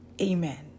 amen